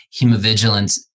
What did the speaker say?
hemovigilance